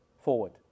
forward